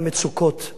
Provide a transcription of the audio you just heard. אדוני השר,